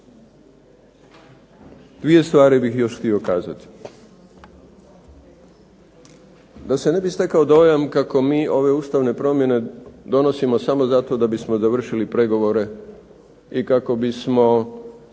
Dvije stvari bih još htio kazati. Da se ne bi stekao dojam kako mi ove ustavne promjene donosimo samo zato da bismo završili pregovore i kako bismo